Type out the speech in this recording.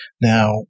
Now